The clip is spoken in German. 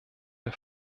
der